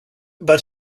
but